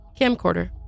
camcorder